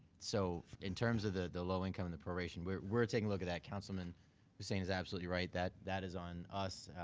so, in terms of the the low income and the proration, we're we're taking a look at that. councilman hussain is absolutely right. that that is on us,